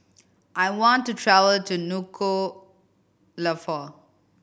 I want to travel to Nuku'alofa